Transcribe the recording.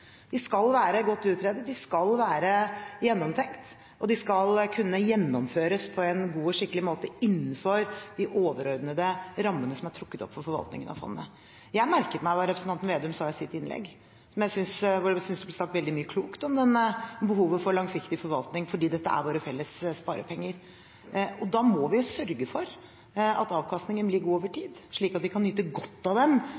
De skal være godt utredet, de skal være gjennomtenkte, og de skal kunne gjennomføres på en god og skikkelig måte innenfor de overordnede rammene som er trukket opp for forvaltningen av fondet. Jeg merket meg hva representanten Slagsvold Vedum sa i sitt innlegg, hvor jeg synes det ble sagt veldig mye klokt om behovet for langsiktig forvaltning, fordi dette er våre felles sparepenger. Da må vi sørge for at avkastningen blir god over tid, slik at vi kan nyte godt av